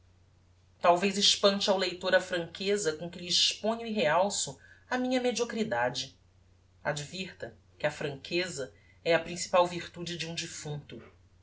talvez espante ao leitor a franqueza com que lhe exponho e realço a minha mediocridade advirta que a franqueza é a primeira virtude de um defunto